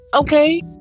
okay